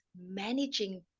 managing